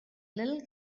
little